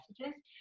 messages